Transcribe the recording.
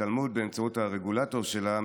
התעלמות באמצעות הרגולטור שלה,